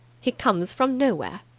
he comes from nowhere.